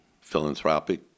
philanthropic